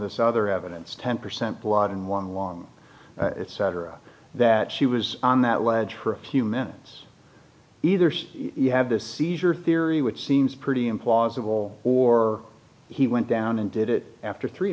this other evidence ten percent one in one long it's cetera that she was on that ledge for a few minutes either you have this seizure theory which seems pretty implausible or he went down and did it after three